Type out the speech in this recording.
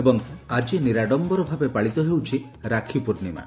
ଏବଂ ଆକି ନିରାଡମ୍ୟର ଭାବେ ପାଳିତ ହେଉଛି ରାକ୍ଷୀ ପ୍ରିର୍ଣ୍ଣିମା